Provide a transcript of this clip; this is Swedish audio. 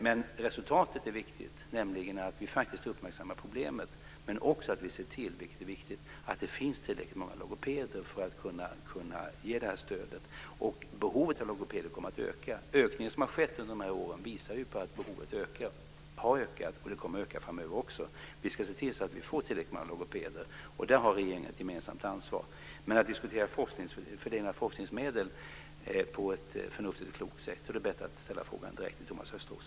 Men resultatet är viktigt, nämligen att vi faktiskt uppmärksammar problemet, men också att vi ser till, vilket är viktigt, att det finns tillräckligt många logopeder för att det här stödet ska kunna ges. Behovet av logopeder kommer att öka. Ökningen som har skett under de här åren visar på att behovet har ökat och det kommer att öka framöver också. Vi ska se till att vi får tillräckligt många logopeder. Där har regeringen ett gemensamt ansvar. Men för att få diskutera fördelningen av forskningsmedel på ett förnuftigt och klokt sätt är det bättre att ställa frågan direkt till Thomas Östros.